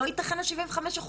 לא ייתכן 75%